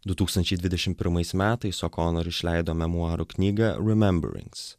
du tūkstančiai dvidešim pirmais metais okonor ir išleido memuarų knygą rememberings